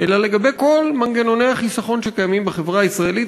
אלא לגבי כל מנגנוני החיסכון שקיימים בחברה הישראלית,